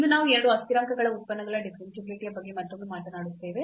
ಇಂದು ನಾವು ಎರಡು ಅಸ್ಥಿರಾಂಕಗಳ ಉತ್ಪನ್ನಗಳ ಡಿಫರೆನ್ಷಿಯಾಬಿಲಿಟಿ ಯ ಬಗ್ಗೆ ಮತ್ತೊಮ್ಮೆ ಮಾತನಾಡುತ್ತೇವೆ